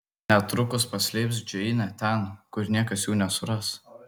netrukus paslėps džeinę ten kur niekas jų nesuras